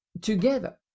together